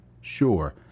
Sure